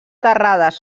terrades